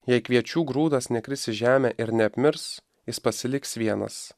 jei kviečių grūdas nekris į žemę ir neapmirs jis pasiliks vienas